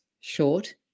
short